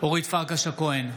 אורית פרקש הכהן,